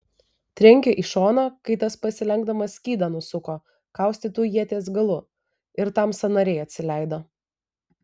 trenkė į šoną kai tas pasilenkdamas skydą nusuko kaustytu ieties galu ir tam sąnariai atsileido